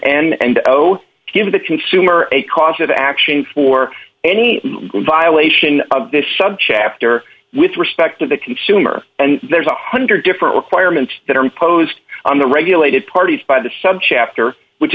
one and zero give the consumer a cause of action for any violation of this subchapter with respect to the consumer and there's a one hundred different requirements that are imposed on the regulated parties by the subchapter which